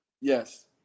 Yes